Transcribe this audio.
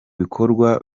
bikorwa